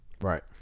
Right